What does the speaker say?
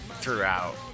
throughout